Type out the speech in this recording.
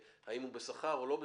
לשאלה האם הוא בשכר או לא בשכר,